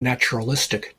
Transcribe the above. naturalistic